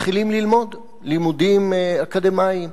מתחילים ללמוד לימודים אקדמיים,